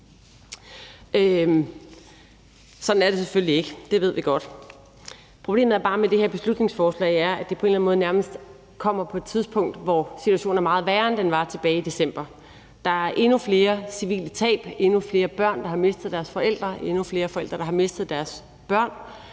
Sådan er det selvfølgelig ikke, det ved vi godt, men problemet med det her beslutningsforslag er bare, at det på en eller anden måde nærmest kommer på et tidspunkt, hvor situationen er meget værre, end den var tilbage i december. Der er endnu flere civile tab, endnu flere børn, der har mistet deres forældre, endnu flere forældre, der har mistet deres børn.